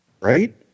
right